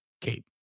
Kate